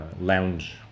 lounge